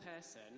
person